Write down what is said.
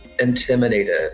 intimidated